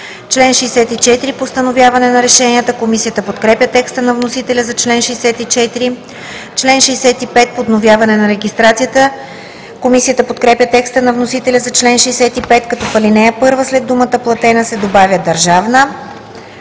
„Член 64 – Постановяване на решенията“. Комисията подкрепя текста на вносителя за чл. 64. „Член 65 – Подновяване на регистрацията“. Комисията подкрепя текста на вносителя за чл. 65, като в ал. 1 след думата „платена“ се добавя „държавна“.